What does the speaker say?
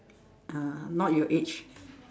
ah not your age